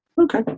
okay